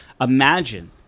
Imagine